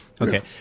Okay